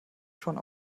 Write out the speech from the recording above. schon